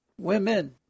women